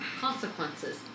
Consequences